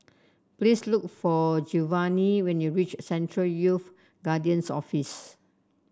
please look for Giovani when you reach Central Youth Guidance Office